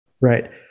Right